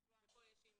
שהם בתחלואה משולבת.